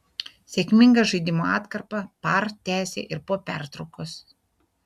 sėkmingą žaidimo atkarpą par tęsė ir po pertraukos